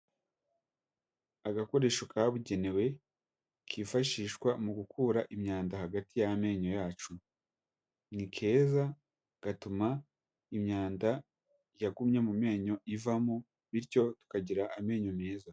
Agakoresho kabugenewe kifashishwa mu gukura imyanda hagati y'amenyo yacu, ni keza gatuma imyanda yagumye mu menyo ivamo bityo tukagira amenyo meza.